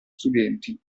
studenti